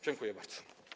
Dziękuję bardzo.